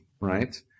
right